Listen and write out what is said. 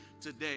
today